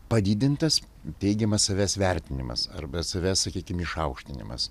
padidintas teigiamas savęs vertinimas arba savęs sakykim išaukštinimas